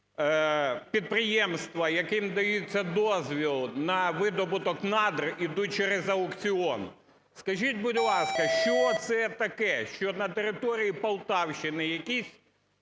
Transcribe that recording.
підприємства, яким дається дозвіл на видобуток надр, ідуть через аукціон. Скажіть, будь ласка, що це таке, що на території Полтавщини якомусь